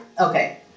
Okay